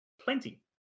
plenty